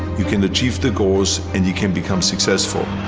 you can achieve the goals and you can become successful.